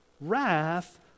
wrath